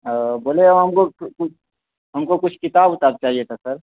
او بولے ہم کو ہم کو کچھ کتاب اتاب چاہیے تھا سر